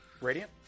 Radiant